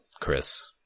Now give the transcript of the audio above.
Chris